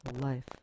life